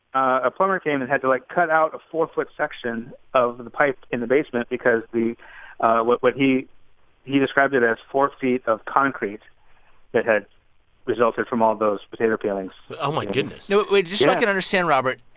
a plumber came and had to, like, cut out a four foot section of the pipe in the basement because the what what he he described it as four feet of concrete that had resulted from all those potato peelings oh, my goodness no. wait. just so i can understand, robert,